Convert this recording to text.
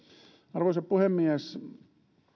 arvoisa puhemies